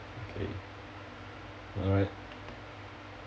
okay alright